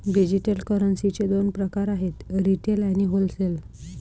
digital करन्सीचे दोन प्रकार आहेत रिटेल आणि होलसेल